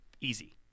Easy